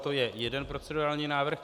To je jeden procedurální návrh.